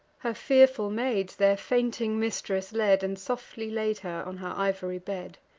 her fearful maids their fainting mistress led, and softly laid her on her ivory bed.